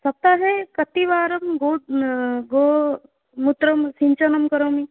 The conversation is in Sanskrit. सप्ताहे कतिवारं गो गोमूत्रं सिञ्चनं करोमि